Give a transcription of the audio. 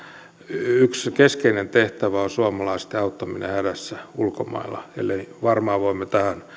yksi keskeinen tehtävä on suomalaisten auttaminen hädässä ulkomailla eli varmaan voimme